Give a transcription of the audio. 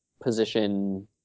position